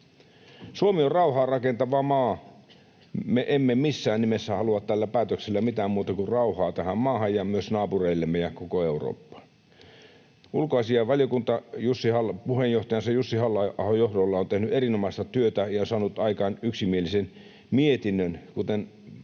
Suomi on rauhaa rakentava maa. Me emme missään nimessä halua tällä päätöksellä mitään muuta kuin rauhaa tähän maahan ja myös naapureillemme ja koko Eurooppaan. Ulkoasiainvaliokunta puheenjohtajansa Jussi Halla-ahon johdolla on tehnyt erinomaista työtä ja saanut aikaan yksimielisen mietinnön.